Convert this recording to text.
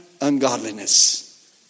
ungodliness